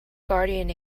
guardian